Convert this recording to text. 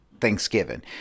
Thanksgiving